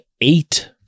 eight